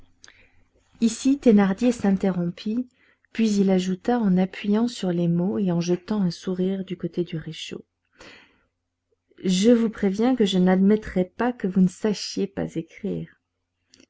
ici thénardier s'interrompit puis il ajouta en appuyant sur les mots et en jetant un sourire du côté du réchaud je vous préviens que je n'admettrais pas que vous ne sachiez pas écrire